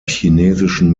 chinesischen